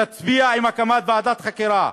תצביע על הקמת ועדת חקירה,